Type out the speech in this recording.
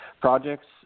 projects